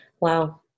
wow